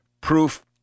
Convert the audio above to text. proof